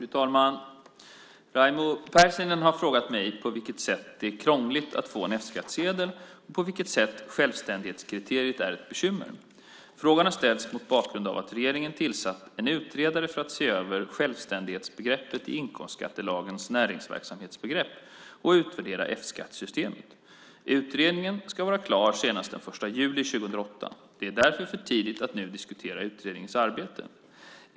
Fru talman! Raimo Pärssinen har frågat mig på vilket sätt det är krångligt att få en F-skattsedel och på vilket sätt självständighetskriteriet är ett bekymmer. Frågan har ställts mot bakgrund av att regeringen har tillsatt en utredare för att se över självständighetsbegreppet i inkomstskattelagens näringsverksamhetsbegrepp och utvärdera F-skattesystemet. Utredningen ska vara klar senast den 1 juni 2008. Det är därför för tidigt att nu diskutera utredningens arbete.